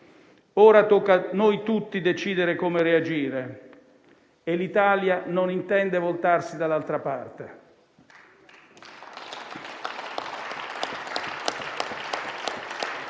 Ora tocca a noi tutti decidere come reagire e l'Italia non intende voltarsi dall'altra parte.